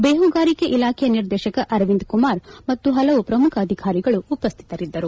ಬೇಹುಗಾರಿಕೆ ಇಲಾಖೆಯ ನಿರ್ದೇಶಕ ಅರವಿಂದ ಕುಮಾರ್ ಮತ್ತು ಪಲವು ಪ್ರಮುಖ ಅಧಿಕಾರಿಗಳು ಉಪಸ್ಥಿತರಿದ್ದರು